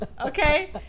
Okay